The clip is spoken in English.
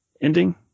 ending